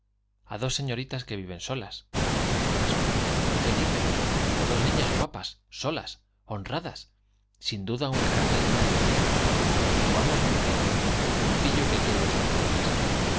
á dos señoritas que viven solapo pasmado felipe á dos mnas guapas solas honradas sin duda una carta llena de dinero tu amo es banquero un pillo que quiere deshonrarlas